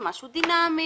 זה משהו דינמי.